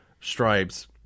stripes